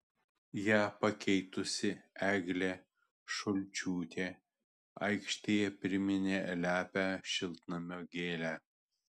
ją pakeitusi eglė šulčiūtė aikštėje priminė lepią šiltnamio gėlę